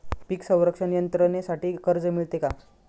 पीक संरक्षण यंत्रणेसाठी कर्ज मिळते का?